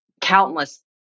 countless